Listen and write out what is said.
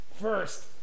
first